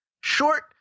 Short